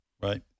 Right